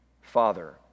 Father